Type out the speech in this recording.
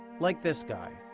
like this guy,